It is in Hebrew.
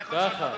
אני, ככה.